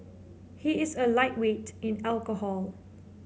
he is a lightweight in alcohol